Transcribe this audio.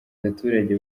baturage